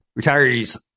Retirees